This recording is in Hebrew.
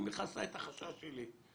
זה מכסה את החשש שלי.